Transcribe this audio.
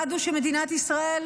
אחד הוא שמדינת ישראל,